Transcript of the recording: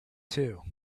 too